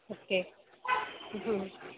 okay